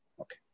Okay